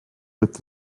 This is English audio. with